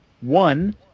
One